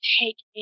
take